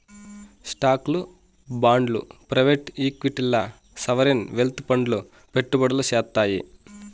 స్టాక్లు, బాండ్లు ప్రైవేట్ ఈక్విటీల్ల సావరీన్ వెల్త్ ఫండ్లు పెట్టుబడులు సేత్తాయి